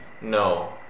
No